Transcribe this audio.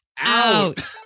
Out